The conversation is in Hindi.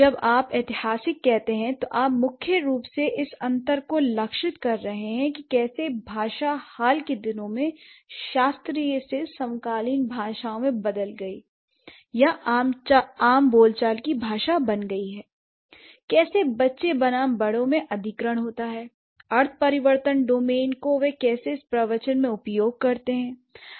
जब आप ऐतिहासिक कहते हैं तो आप मुख्य रूप से इस अंतर को लक्षित कर रहे हैं कि कैसे भाषा हाल के दिनों में शास्त्रीय से समकालीन भाषाओं में बदल गई है या आम बोलचाल की भाषा बन गई I कैसे बच्चे बनाम बड़ों में अधिग्रहण होता है l अर्थ परिवर्तन डोमेन को वे इसे कैसे प्रवचन में उपयोग करते हैं